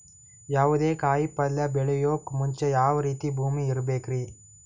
ಯಾವುದೇ ಕಾಯಿ ಪಲ್ಯ ಬೆಳೆಯೋಕ್ ಮುಂಚೆ ಯಾವ ರೀತಿ ಭೂಮಿ ಇರಬೇಕ್ರಿ?